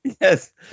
Yes